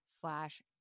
slash